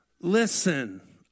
Listen